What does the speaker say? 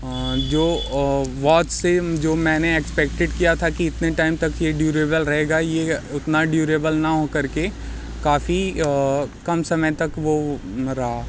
जो वॉच से जो मैंने एक्सपेक्टेड किया था कि इतने टाइम तक ये ड्यूरेबल रहेगा ये उतना ड्यूरेबल ना होकर के काफ़ी कम समय तक वो रहा